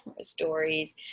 stories